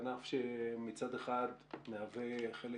ענף שמצד אחד מהווה חלק